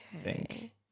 Okay